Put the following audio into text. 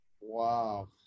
wow